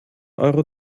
euro